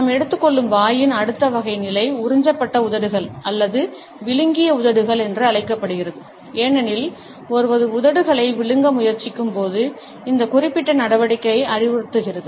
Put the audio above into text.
நாம் எடுத்துக்கொள்ளும் வாயின் அடுத்த வகை நிலை உறிஞ்சப்பட்ட உதடுகள் அல்லது விழுங்கிய உதடுகள் என்று அழைக்கப்படுகிறது ஏனெனில் ஒருவர் உதடுகளை விழுங்க முயற்சிக்கும்போது இந்த குறிப்பிட்ட நடவடிக்கை அறிவுறுத்துகிறது